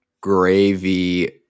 gravy